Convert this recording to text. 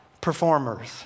performers